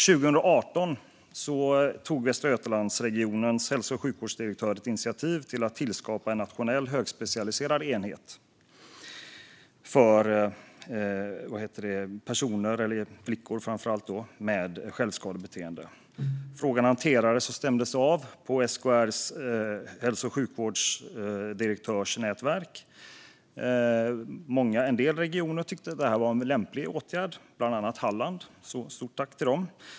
År 2018 tog Västra Götalandsregionens hälso och sjukvårdsdirektör ett initiativ för att tillskapa en nationell högspecialiserad enhet för personer, framför allt flickor, med självskadebeteende. Frågan hanterades och stämdes av på SKR:s hälso och sjukvårdsdirektörsnätverk. En del regioner tyckte att det här var en lämplig åtgärd, bland annat Halland. Stort tack till dem!